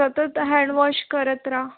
सतत हँडवॉश करत रहा